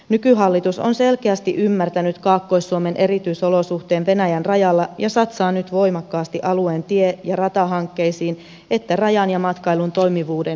nykyhallitus on selkeästi ymmärtänyt kaakkois suomen erityisolosuhteet venäjän rajalla ja satsaa nyt voimakkaasti sekä alueen tie ja ratahankkeisiin että rajan ja matkailun toimivuuden edistämiseen